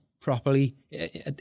properly